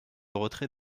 retrait